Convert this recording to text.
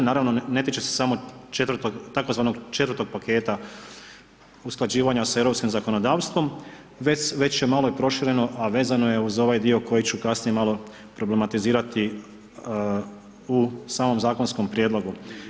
Naravno, ne tiče se samo tzv. četvrtog paketa usklađivanja sa europskim zakonodavstvom, već je malo i prošireno, a vezano je uz ovaj dio koji ću kasnije malo problematizirati u samom zakonskom prijedlogu.